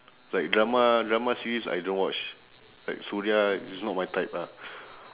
like drama drama series I don't watch like suria it's not my type ah